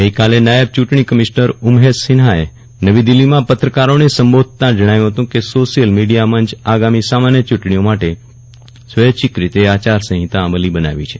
ગઈકાલે નાયબ ચટણી કમિશ્નર ઉમેશ સિન્હાએ નવી દિલ્હીમાં પત્રકારોને સંબોધતા જણાવ્યું હત કે સોશિયલ મીડીયા મંચ આગામી સામાન્ય ચુટણીઓ માટ સ્વચ્છિક રીતે આચાર સંહિતા અમલી બનાવી છે